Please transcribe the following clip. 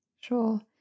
Sure